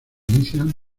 inician